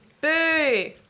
Boo